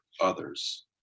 others